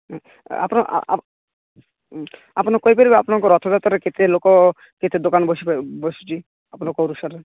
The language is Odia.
ଆପଣ ଆ ଆ ଆ ଆପଣ କହିପାରିବେ ଆପଣଙ୍କ ରଥଯାତ୍ରାରେ କେତେ ଲୋକ କେତେ ଦୋକାନ ବସି ବସୁଛି ଆପଣଙ୍କ ଅନୁସାରେ